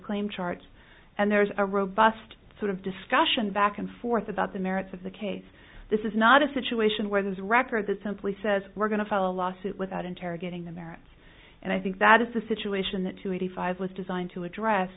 claim charts and there's a robust sort of discussion back and forth about the merits of the case this is not a situation where there's record that simply says we're going to file a lawsuit without interrogating the merits and i think that is the situation that to eighty five was designed to address